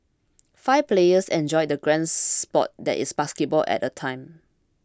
five players enjoy the grand sport that is basketball at a time